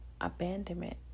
abandonment